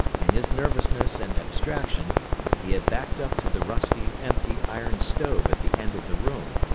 in his nervousness and abstraction he had backed up to the rusty, empty iron stove at the end of the room,